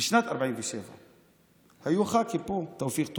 בשנת 1947. היו ח"כים פה: תופיק טובי,